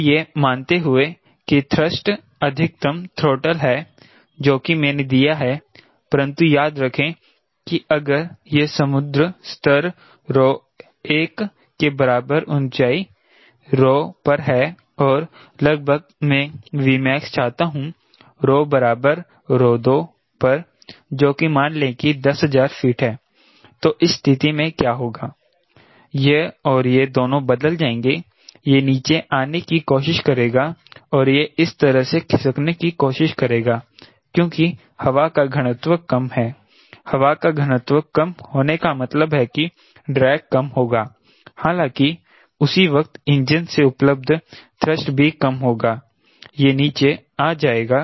तो यह मानते हुए कि थ्रस्ट अधिकतम थ्रोटल है जो कि मैंने दिया है परंतु याद रखें कि अगर यह समुद्र स्तर रो 1 के बराबर ऊंचाई रो पर है और अगर मैं Vmax चाहता हूं बराबर 2 पर जो कि मान ले की 10000 फीट है तो इस स्थिति में क्या होगा यह और यह दोनों बदल जाएंगे यह नीचे आने की कोशिश करेगा और यह इस तरह से खिसकने की कोशिश करेगा क्योंकि हवा का घनत्व कम है हवा का घनत्व कम होने का मतलब है कि ड्रैग कम होगा हालांकि उसी वक्त इंजन से उपलब्ध थ्रस्ट भी कम होगा यह नीचे आ जाएगा